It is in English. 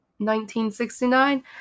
1969